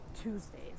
Tuesdays